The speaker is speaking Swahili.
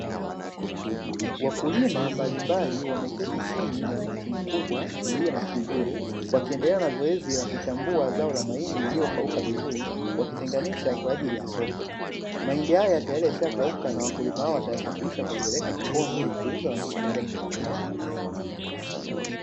Wakulima mbalimbali wameketi chini ya mti mkubwa ulio na kivuli, wakiendelea na zoezi la kuchambua zao la mahindi lililokauka vizuri, wakitenganisha kwa ajili ya soko. Mahindi haya tayari yashakauka na wakulima hao watayasafirsha na kuyapeleka sokoni ili kuuza na kujipatia kipato.